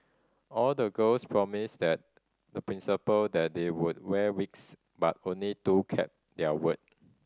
all the girls promised that the Principal that they would wear wigs but only two kept their word